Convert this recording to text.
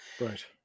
Right